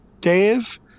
Dave